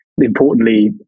importantly